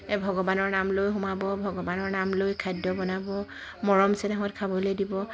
এ ভগৱানৰ নাম লৈ সোমাব ভগৱানৰ নাম লৈ খাদ্য বনাব মৰম চেনেহত খাবলৈ দিব